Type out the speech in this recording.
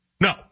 No